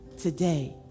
today